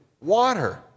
water